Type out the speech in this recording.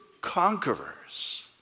conquerors